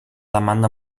demanda